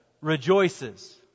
rejoices